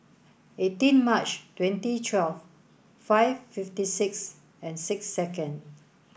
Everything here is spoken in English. eighteen Mar twenty twelve five fifty six and six second